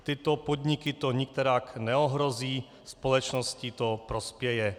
Tyto podniky to nikterak neohrozí, společnosti to prospěje.